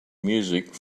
music